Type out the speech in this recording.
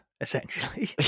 essentially